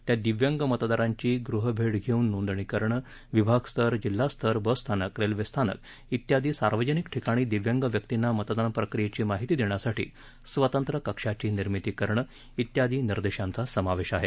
त्यात दिव्यांग मतदारांची गृहभेटी देऊन नोंदणी करणे विभागस्तर जिल्हास्तर बस स्थानक रेल्वे स्थानक इत्यादी सार्वजनिक ठिकाणी दिव्यांग व्यक्तींना मतदान प्रक्रियेची माहिती देण्यासाठी स्वतंत्र कक्षाची निर्मिती करणं इत्यादी निर्देशांचा समावेश आहे